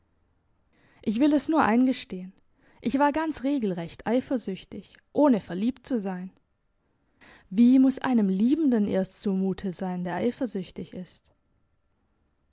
ich will es nur eingestehen ich war ganz regelrecht eifersüchtig ohne verliebt zu sein wie muss einem liebenden erst zu mute sein der eifersüchtig ist